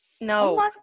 No